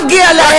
מגיע להם,